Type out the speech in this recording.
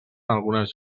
algunes